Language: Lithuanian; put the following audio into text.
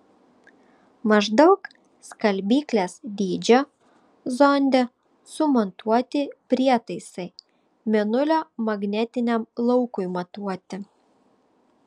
maždaug skalbyklės dydžio zonde sumontuoti prietaisai mėnulio magnetiniam laukui matuoti